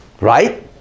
right